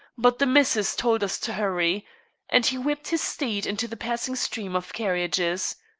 but the missus told us to hurry and he whipped his steed into the passing stream of carriages.